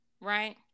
right